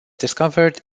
discovered